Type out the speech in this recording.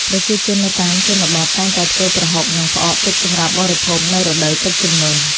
ប្រជាជននៅតាមជនបទតែងតែធ្វើប្រហុក និងផ្អកទុកសម្រាប់បរិភោគនៅរដូវទឹកជំនន់។